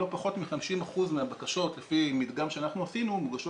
לא פחות מ-50% מהבקשות לפי מדגם שאנחנו עשינו מוגשות